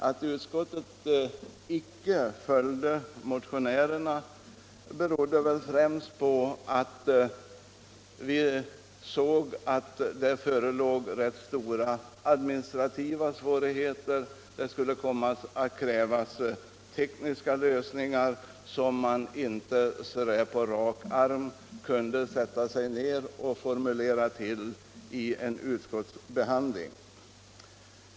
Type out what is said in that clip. Att utskottet icke följde motionärerna berodde väl främst på att vi fann att det förelåg rätt stora administrativa svårigheter; det skulle komma att krävas tekniska lösningar som man inte på rak arm kunde sätta sig ner och formulera vid en utskottsbehandling.